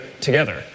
together